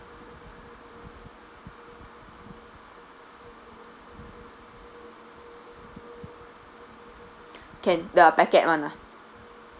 can the packet [one] ah